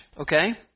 Okay